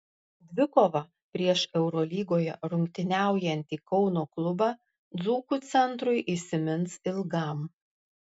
dvikova prieš eurolygoje rungtyniaujantį kauno klubą dzūkų centrui įsimins ilgam